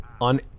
on